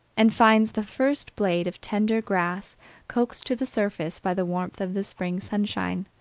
and finds the first blade of tender grass coaxed to the surface by the warmth of the spring sunshine.